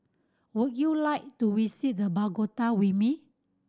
would you like to visit the Bogota with me